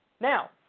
Now